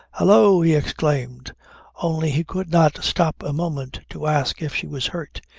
hallo, he exclaimed only he could not stop a moment to ask if she was hurt.